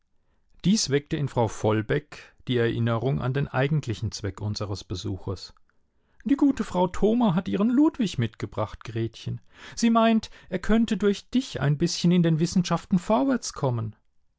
dies weckte in frau vollbeck die erinnerung an den eigentlichen zweck unseres besuches die gute frau thoma hat ihren ludwig mitgebracht gretchen sie meint er könnte durch dich ein bißchen in den wissenschaften vorwärts kommen